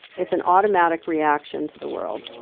it's an automatic reaction to the world